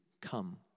come